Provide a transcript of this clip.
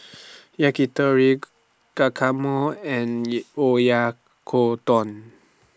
Yakitori Guacamole and Oyakodon